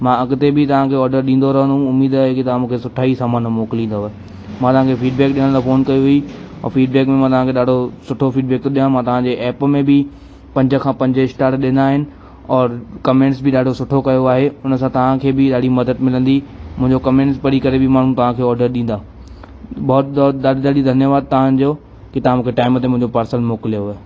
मां अॻिते बि तव्हां खे ऑडर ॾींदो रहंदुमि उमेदु आहे कि तव्हां मूंखे सुठा ई सामान मोकिलींदव मां तव्हां खे फीडबैक ॾियण लाइ फ़ोन कई हुई और फीडबैक में मां तव्हां खे ॾाढो सुठो फीडबैक थो ॾियां मां तव्हां जे ऐप में बि पंज खां पंज स्टार ॾिना आहिनि और कमैंट्स बि ॾाढो सुठो कयो आहे उन सां तव्हां खे बि ॾाढी मदद मिलंदी मुंहिंजो कमैंट्स पढ़ी करे बि माण्हू तव्हां खे ऑडर ॾींदा बहुत दोत ॾाढी ॾाढी धन्यवाद तव्हां जो कि तव्हां मूंखे टाइम ते मुंहिंजो पार्सल मोकिलियोव